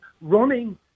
running